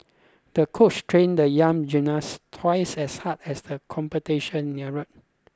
the coach trained the young gymnast twice as hard as the competition neared